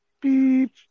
beep